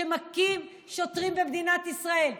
שמכים שוטרים במדינת ישראל.